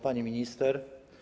Pani Minister!